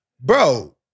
Bro